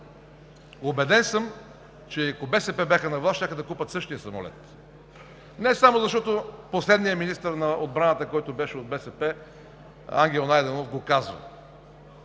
убеден съм, че ако БСП бяха на власт, щяха да купят същия самолет. Не само защото последният министър на отбраната, който беше от БСП, Ангел Найденов, каза: